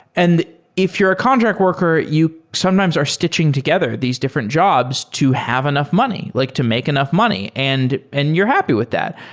and if you're contract worker, you sometimes are stitching together these different jobs to have enough money, like to make enough money, and and you're happy with that.